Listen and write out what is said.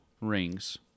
rings